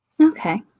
Okay